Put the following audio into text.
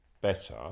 better